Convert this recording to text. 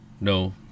no